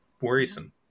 worrisome